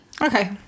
Okay